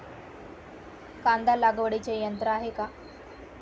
कांदा लागवडीचे यंत्र आहे का?